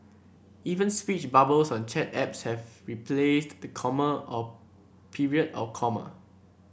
even speech bubbles on chat apps have replaced the comma of period or comma